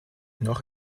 noch